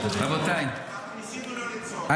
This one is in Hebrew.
תשמעי אותי עד הסוף.